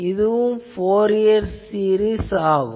இதுவும் Fourier series ஆகும்